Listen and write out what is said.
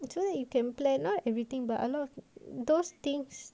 and so that you can plan not everything but a lot of those things